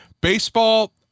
Baseball